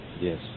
Yes